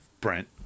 Brent